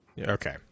Okay